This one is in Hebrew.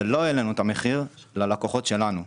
ולא העלינו את המחיר ללקוחות שלנו.